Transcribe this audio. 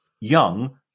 young